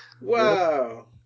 Wow